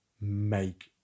make